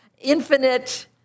infinite